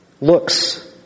looks